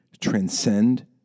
transcend